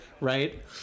right